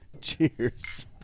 Cheers